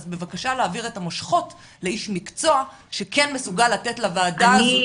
אז בבקשה להעביר את המושכות לאיש מקצוע שכן מסוגל לתת לוועדה מענה.